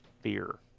fear